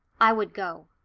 i would go.